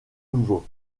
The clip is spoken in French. nouveau